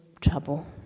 trouble